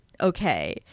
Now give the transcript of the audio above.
Okay